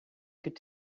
could